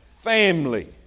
family